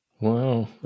Wow